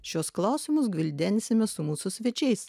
šiuos klausimus gvildensime su mūsų svečiais